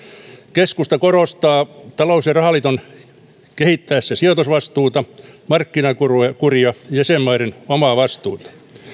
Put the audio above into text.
keskusta korostaa talous ja rahaliiton kehittämisessä sijoitusvastuuta markkinakuria jäsenmaiden omaa vastuuta